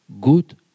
good